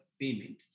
payment